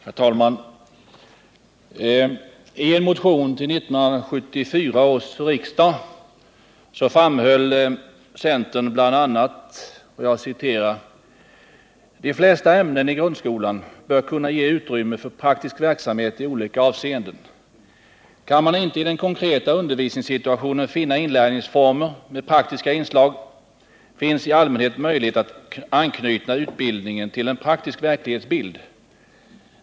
Herr talman! I en motion till 1974 års riksdag framhöll centern bl.a.: ”De flesta ämnen i grundskolan bör kunna ge utrymme för praktisk verksamhet i olika avseenden. Kan man inte i den konkreta undervisningssituationen finna inlärningsformer med praktiska inslag, finns i allmänhet möjlighet att anknyta utbildningen till en praktisk verklighetsbild.